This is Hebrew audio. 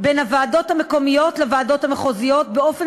בין הוועדות המקומיות לוועדות המחוזיות באופן